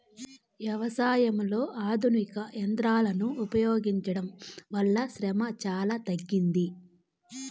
వ్యవసాయంలో ఆధునిక యంత్రాలను ఉపయోగించడం వల్ల శ్రమ చానా తగ్గుతుంది